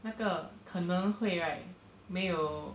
那个可能会 right 没有